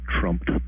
trumped